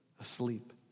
asleep